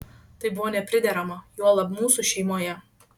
tai buvo nepriderama juolab mūsų šeimoje